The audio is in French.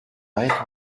arêtes